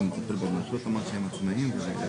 אתה אומר שהם פונים אם החליטו שלא מגישים כתב אישום.